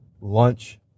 lunch